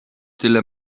tyle